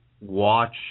watch